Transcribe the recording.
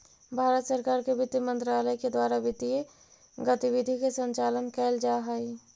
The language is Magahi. भारत सरकार के वित्त मंत्रालय के द्वारा वित्तीय गतिविधि के संचालन कैल जा हइ